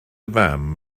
fam